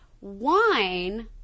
wine